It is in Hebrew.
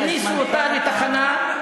הכניסו אותה לתחנה,